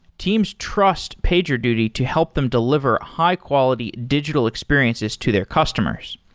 teams trust pagerduty to help them deliver high-quality digital experiences to their customers.